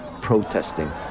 protesting